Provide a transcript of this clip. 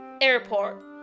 airport